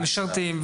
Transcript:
למשרתים,